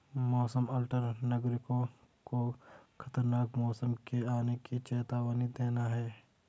मौसम अलर्ट नागरिकों को खतरनाक मौसम के आने की चेतावनी देना है